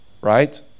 right